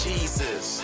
Jesus